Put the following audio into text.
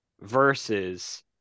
Versus